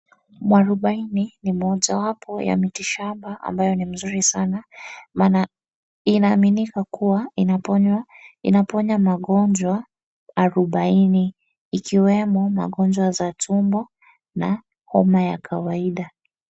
Mwarubaini ni mojawapo ya mitishamba ambayo ni mzuri sana, maana inaaminika kuwa inaponya magonjwa arubaini ikiwemo magonjwa za tumbo na homa ya kawaida.